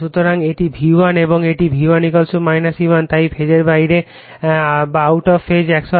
সুতরাং এটি V1 এবং এটি V1 E1 তাই ফেজের বাইরে 180o